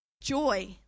Joy